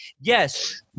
Yes